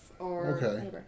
Okay